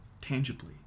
tangibly